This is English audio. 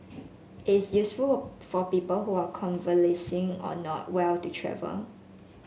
it is useful for people who are convalescing or not well to travel